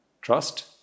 Trust